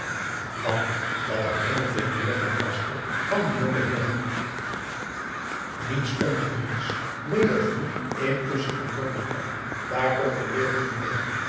want dat er heel veel meer ten laste van dien jongen heer liep niets ongemeens wedervoer intusschen aan blommesteyn daar toch de wereld genegen